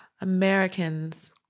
Americans